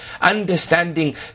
understanding